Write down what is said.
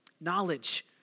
Knowledge